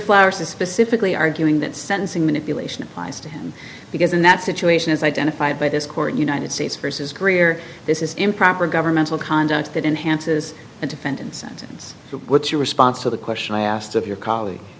flowers is specifically arguing that sentencing manipulation applies to him because in that situation as identified by this court united states versus greer this is improper governmental conduct that enhances the defendant's sentence what's your response to the question i asked of your coll